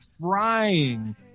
frying